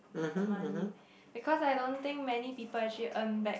the money because I don't think many people actually earn back